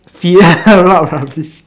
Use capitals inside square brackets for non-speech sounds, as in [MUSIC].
ya [LAUGHS] what about this